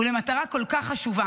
ולמטרה כל כך חשובה,